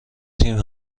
تیم